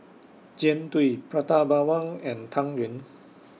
Jian Dui Prata Bawang and Tang Yuen